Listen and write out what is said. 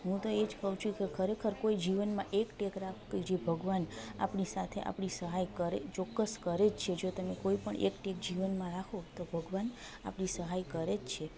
હું તો એ જ કહું છું કે ખરેખર કોઈ જીવનમાં એક ટેક રાખવી જે ભગવાન આપણી સાથે આપણી સહાય કરે ચોક્કસ કરે જ છે જો તમે કોઈ પણ એક ટેક જીવનમાં રાખો તો ભગવાન આપણી સહાય કરે જ છે